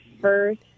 first